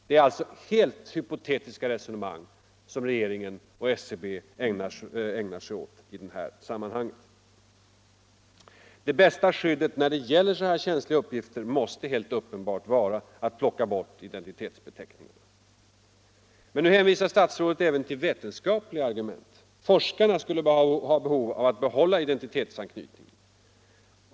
Det är alltså hypotetiska resonemang som regeringen och SCB ägnar sig åt i det här sammanhanget. Det bästa skyddet när det gäller sådana här känsiiga uppgifter måste helt uppenbart vara att plocka bort identitetsbeteckningen. Nu hänvisar statsrådet även till vetenskapliga argument. Forskarna skulle ha behov av att behålla identitetsanknytningen.